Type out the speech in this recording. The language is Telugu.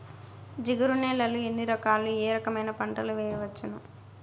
జిగురు నేలలు ఎన్ని రకాలు ఏ రకమైన పంటలు వేయవచ్చును?